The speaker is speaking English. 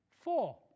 four